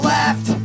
left